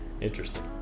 Interesting